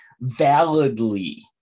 validly